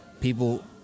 people